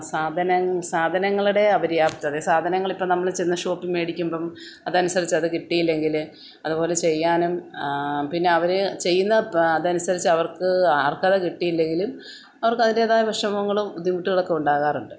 സാധനങ്ങ് സാധനങ്ങളുടെ അപര്യാപ്തത സാധനങ്ങളിപ്പോള് നമ്മള് ചെന്ന ഷോപ്പിൽ മേടിക്കുമ്പോള് അതനുസരിച്ച് അത് കിട്ടിയില്ലെങ്കില് അതുപോലെ ചെയ്യാനും പിന്നെ അവര് ചെയ്യുന്ന പ്രാ അതനുസരിച്ച് അവർക്ക് അർഹത കിട്ടിയില്ലെങ്കിലും അവർക്ക് അതിൻറ്റേതായ വിഷമങ്ങളും ബുദ്ധിമുട്ടുകളുമൊക്കെ ഉണ്ടാകാറുണ്ട്